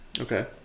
Okay